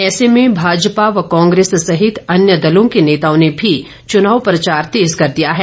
ऐसे में भाजपा व कांग्रेस सहित अन्य दलों के नेताओं ने भी चुनाव प्रचार तेज़ कर दिया है